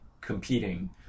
competing